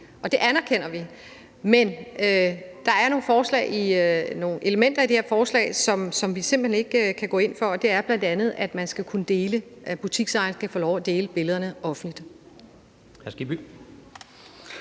og det anerkender vi, men der er nogle elementer i det her forslag, som vi simpelt hen ikke kan gå ind for, og det er bl.a., at butiksejerne skal kunne få lov at dele billederne offentligt.